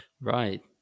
Right